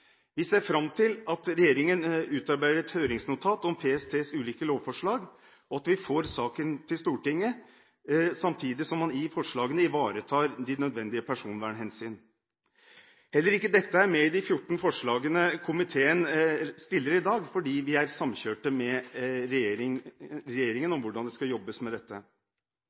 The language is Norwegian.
Vi ser fram til at regjeringen utarbeider et høringsnotat om PSTs ulike lovforslag, samtidig som man i forslagene ivaretar de nødvendige personvernhensyn, og at vi får saken til Stortinget. Heller ikke dette er med i de 14 forslagene til vedtak komiteen stiller opp i dag, fordi vi er samkjørte med regjeringen om hvordan det skal jobbes med dette.